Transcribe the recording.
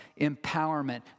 empowerment